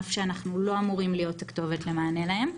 אף שאנחנו לא אמורים להיות הכתובת למענה להם,